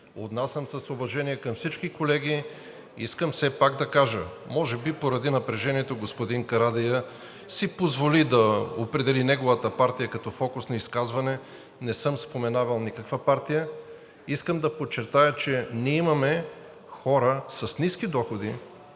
отнасям се с уважение към всички колеги. Нека все пак да кажа – може би поради напрежението господин Карадайъ си позволи да определи неговата партия като фокус на изказване – не съм споменавал никаква партия. Искам да подчертая, че ние имаме хора с ниски доходи